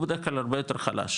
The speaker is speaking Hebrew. הוא בדרך כלל הרבה יותר חלש,